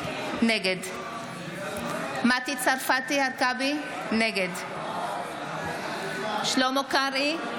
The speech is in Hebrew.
נגד מטי צרפתי הרכבי, נגד שלמה קרעי,